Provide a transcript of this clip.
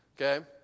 okay